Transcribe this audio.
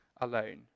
alone